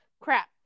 crap